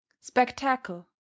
Spectacle